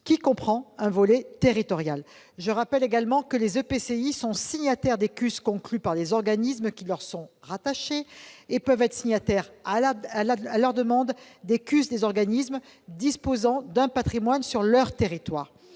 qui comprend un volet territorial. Je rappelle, par ailleurs, que les EPCI sont signataires des CUS conclues par les organismes qui leur sont rattachés et peuvent être signataires, à leur demande, des CUS des organismes disposant d'un patrimoine sur leur territoire.